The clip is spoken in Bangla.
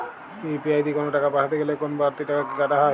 ইউ.পি.আই দিয়ে কোন টাকা পাঠাতে গেলে কোন বারতি টাকা কি কাটা হয়?